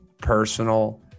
personal